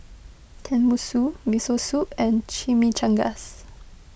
Tenmusu Miso Soup and Chimichangas